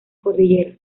cordilleras